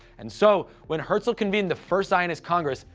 and so when herzl convened the first zionist congress,